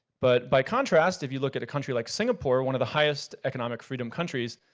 but by contrast, if you look at a country like singapore, one of the highest economic freedom countries,